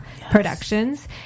Productions